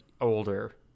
older